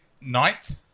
ninth